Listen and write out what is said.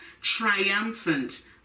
triumphant